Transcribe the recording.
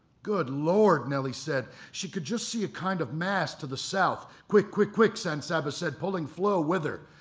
good lord, nelly had said. she could just see a kind of mast to the south. quick quick quick, san saba said, holding flow with her.